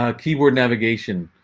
ah keyboard navigation,